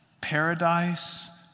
paradise